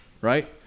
right